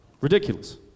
Ridiculous